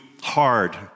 hard